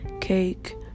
cake